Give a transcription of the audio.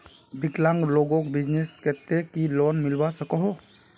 विकलांग लोगोक बिजनेसर केते की लोन मिलवा सकोहो?